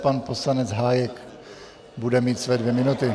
Pan poslanec Hájek bude mít své dvě minuty.